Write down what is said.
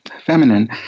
feminine